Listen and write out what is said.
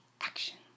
action